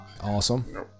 Awesome